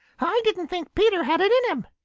i didn't think peter had it in him.